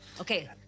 Okay